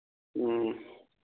ꯎꯝ